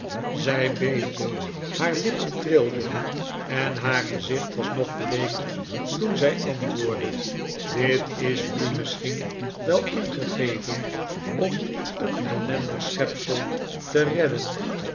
zij beefde haar lippen trilden en haar gezicht was nog bleeker toen zij antwoordde dit is u misschien wel ingegeven om een ellendig schepsel te redden